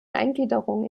eingliederung